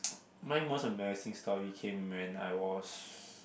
my most embarrassing story came when I was